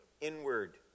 inward